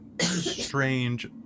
strange